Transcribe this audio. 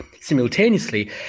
simultaneously